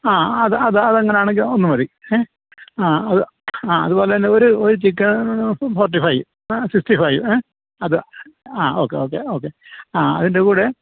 ആ അത് അത് അത് അങ്ങനെയാണെങ്കിൽ ഒന്ന് മതി ഏ ആ അത് ആ അതുപോലെ തന്നെ ഒരു ഒരു ചിക്കൻ ഫോർട്ടി ഫൈവ് ഏ സിക്സ്റ്റി ഫൈവ് ഏ അത് ആ ഓക്കെ ഓക്കെ ഓക്കെ ആ അതിൻ്റെ കൂടെ